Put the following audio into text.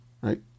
right